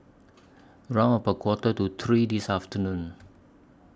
round about Quarter to three This afternoon